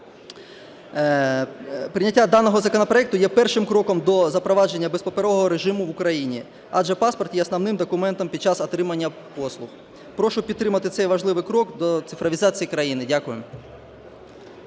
Прийняття даного законопроекту є першим кроком до запровадження безпаперового режиму в Україні, адже паспорт є основним документом під час отримання послуг. Прошу підтримати цей важливий крок до цифровізації країни. Дякую.